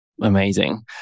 Amazing